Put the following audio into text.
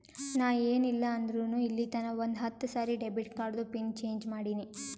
ನಾ ಏನ್ ಇಲ್ಲ ಅಂದುರ್ನು ಇಲ್ಲಿತನಾ ಒಂದ್ ಹತ್ತ ಸರಿ ಡೆಬಿಟ್ ಕಾರ್ಡ್ದು ಪಿನ್ ಚೇಂಜ್ ಮಾಡಿನಿ